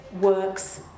works